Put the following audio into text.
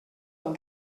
del